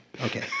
okay